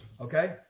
okay